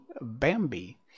Bambi